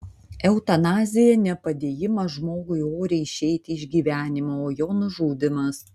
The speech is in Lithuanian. eutanazija ne padėjimas žmogui oriai išeiti iš gyvenimo o jo nužudymas